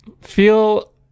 feel